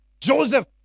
Joseph